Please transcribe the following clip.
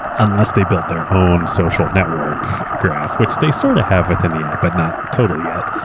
unless they built their own social network graph, which they sort of have within the app but not totally yet.